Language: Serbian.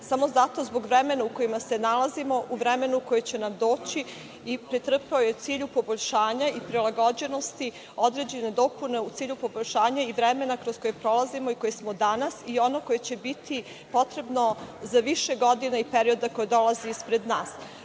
samo zbog vremena u kojem se nalazimo, u vremenu koje će nam doći i pretrpeo je u cilju poboljšanja i prilagođenosti određene dopune u cilju poboljšanja i vremena kroz koje prolazimo i koje smo danas i onog koje će biti potrebno za više godina i perioda koji dolazi ispred nas. Sve